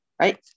Right